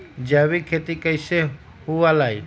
जैविक खेती कैसे हुआ लाई?